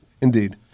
indeed